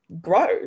grow